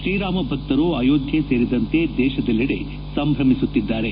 ಶ್ರೀರಾಮ ಭಕ್ತರು ಅಯೋದ್ದೆ ಸೇರಿದಂತೆ ದೇಶದಲ್ಲಿಡೆ ಸಂಭ್ರಮಿಸುತ್ತಿದ್ದಾರೆ